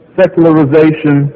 secularization